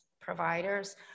providers